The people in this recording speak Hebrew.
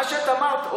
מה שאת אמרת,